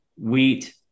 wheat